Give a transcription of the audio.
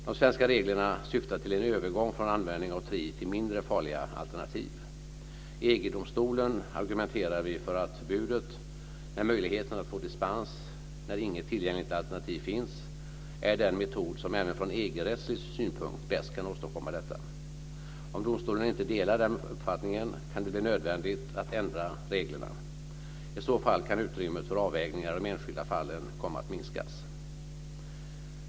De svenska reglerna syftar till en övergång från användning av tri till mindre farliga alternativ. I EG domstolen argumenterar vi för att förbudet, med möjligheten att få dispens när inget tillgängligt alternativ finns, är den metod som även från EG-rättslig synpunkt bäst kan åstadkomma detta. Om domstolen inte delar den uppfattningen, kan det bli nödvändigt att ändra reglerna. I så fall kan utrymmet för avvägningar i de enskilda fallen komma att minskas.